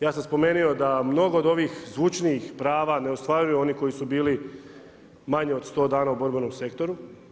Ja sam spomenuo, da mnogo od ovih zvučnijih prava ne ostvaruju oni koji su bili manje od 100 dana u borbenom sektoru.